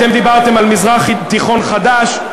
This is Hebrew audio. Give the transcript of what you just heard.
אתם דיברתם על מזרח תיכון חדש,